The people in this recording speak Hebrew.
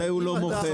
מתי הוא לא מוכר.